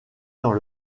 dans